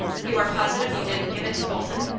you are positive you didn't give it to bolton?